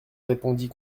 répondit